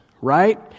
right